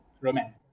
Romance